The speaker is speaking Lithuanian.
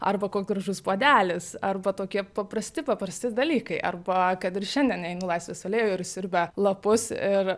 arba koks gražus puodelis arba tokie paprasti paprasti dalykai arba kad ir šiandien einu laisvės alėjoj ir siurbia lapus ir